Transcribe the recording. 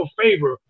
favor